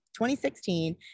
2016